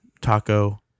taco